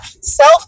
self